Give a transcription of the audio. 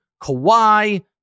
Kawhi